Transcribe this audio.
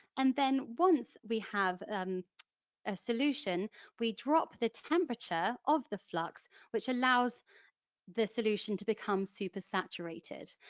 and then once we have a solution we drop the temperature of the flux which allows the solution to become supersaturated,